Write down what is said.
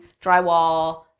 drywall